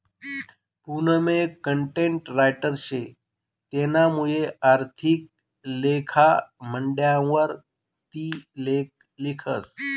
पूनम एक content writer शे तेनामुये आर्थिक लेखा मंडयवर ती लेख लिखस